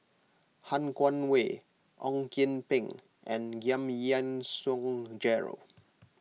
Han Guangwei Ong Kian Peng and Giam Yean Song Gerald